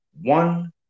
one